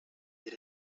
that